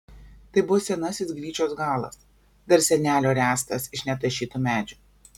tai buvo senasis gryčios galas dar senelio ręstas iš netašytų medžių